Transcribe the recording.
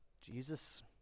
Jesus